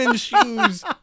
shoes